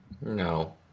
No